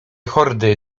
hordy